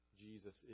Jesus